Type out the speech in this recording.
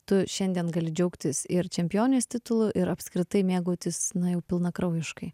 tu šiandien gali džiaugtis ir čempionės titulu ir apskritai mėgautis na jau pilnakraujiškai